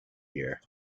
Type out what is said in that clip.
year